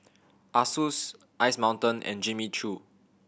Asus Ice Mountain and Jimmy Choo